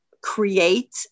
create